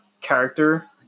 character